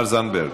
לא, תודה.